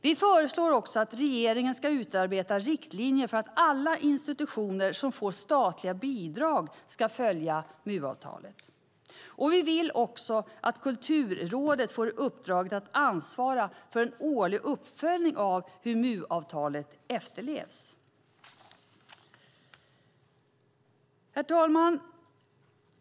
Vi föreslår också att regeringen ska utarbeta riktlinjer för att alla institutioner som får statliga bidrag ska följa MU-avtalet. Vi vill också att Kulturrådet får uppdraget att ansvara för en årlig uppföljning av hur MU-avtalet efterlevs. Herr talman!